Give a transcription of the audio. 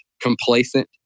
complacent